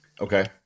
Okay